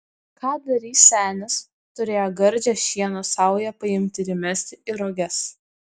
ką darys senis turėjo gardžią šieno saują paimti ir įmesti į roges